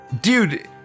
Dude